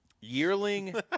Yearling